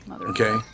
Okay